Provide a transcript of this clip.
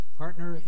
partner